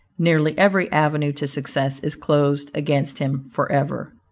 nearly every avenue to success is closed against him forever.